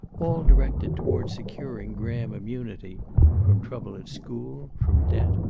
all directed toward securing graham immunity from trouble at school, from debt,